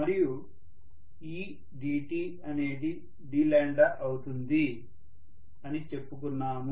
మరియు edt అనేది dఅవుతుంది అని చెప్పుకున్నాము